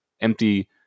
empty